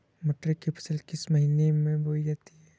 मटर की फसल किस महीने में बोई जाती है?